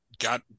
got